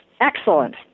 excellent